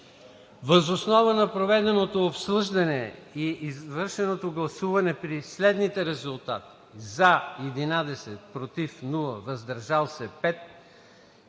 Въз основа на проведеното обсъждане и извършеното гласуване при следните резултати: „за“ – 11, без „против“ и „въздържали се“